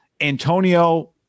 Antonio